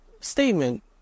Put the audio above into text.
statement